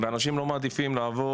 ואנשים לא מעדיפים לעבור,